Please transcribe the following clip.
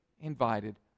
invited